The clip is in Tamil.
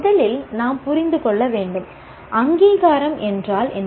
முதலில் நாம் புரிந்து கொள்ள வேண்டும் அங்கீகாரம் என்றால் என்ன